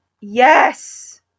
Yes